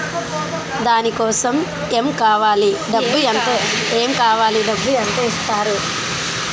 దాని కోసం ఎమ్ కావాలి డబ్బు ఎంత ఇస్తారు?